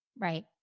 right